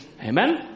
Amen